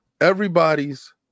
everybody's